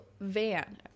van